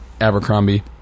Abercrombie